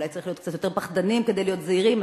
אולי צריך להיות קצת יותר פחדנים כדי להיות זהירים,